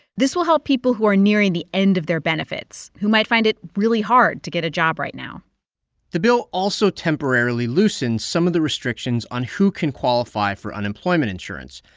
this will help people who are nearing the end of their benefits who might find it really hard to get a job right now the bill also temporarily loosens some of the restrictions on who can qualify for unemployment insurance.